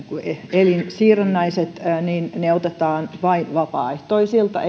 elinsiirrännäiset otetaan vain vapaaehtoisilta